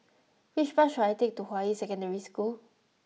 which bus should I take to Hua Yi Secondary School